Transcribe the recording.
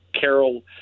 carol